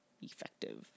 effective